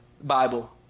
Bible